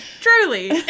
Truly